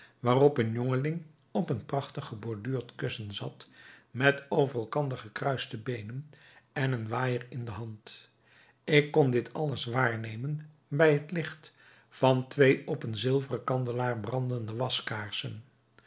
waarop een jongeling op een prachtig geborduurd kussen zat met over elkander gekruiste beenen en een waaijer in de hand ik kon dit alles waarnemen bij het licht van twee op een zilveren kandelaar brandende waskaarsen